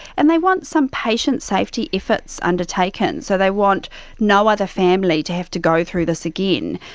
and they want some patient safety efforts undertaken. so they want no other family to have to go through this again.